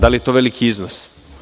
Da li je to veliki iznos?